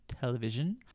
television